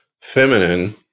feminine